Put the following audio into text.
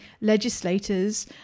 legislators